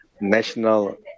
National